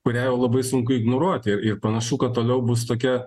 kurią jau labai sunku ignoruoti ir ir panašu kad toliau bus tokia